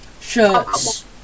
shirts